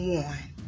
one